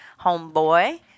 homeboy